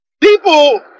people